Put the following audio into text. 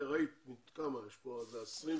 אנחנו